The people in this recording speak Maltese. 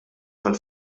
tal